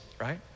right